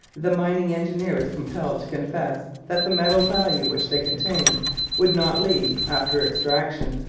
the mining engineer is compelled to confess that the metal value which they contain would not leave, after extraction,